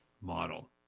model